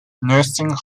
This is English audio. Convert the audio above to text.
nursing